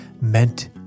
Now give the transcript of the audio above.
meant